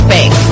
Bank